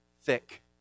thick